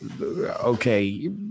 okay